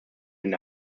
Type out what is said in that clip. den